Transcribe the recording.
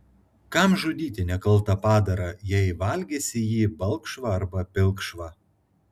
kam žudyti nekaltą padarą jei valgysi jį balkšvą arba pilkšvą